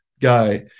guy